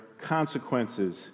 consequences